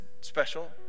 special